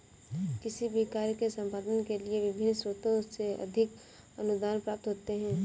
किसी भी कार्य के संपादन के लिए विभिन्न स्रोतों से आर्थिक अनुदान प्राप्त होते हैं